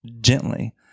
gently